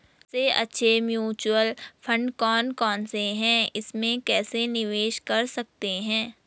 सबसे अच्छे mutual fund कौन कौनसे हैं इसमें कैसे निवेश कर सकते हैं?